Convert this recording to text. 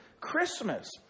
Christmas